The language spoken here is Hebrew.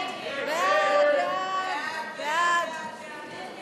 ההסתייגות של קבוצת סיעת הרשימה המשותפת